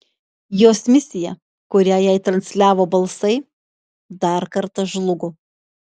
jos misija kurią jai transliavo balsai dar kartą žlugo